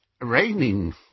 Raining